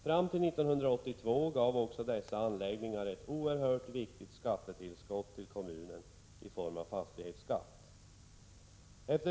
Fram till 1982 gav också dessa anläggningar ett oerhört viktigt skattetillskott till kommunen i form av fastighetsskatt.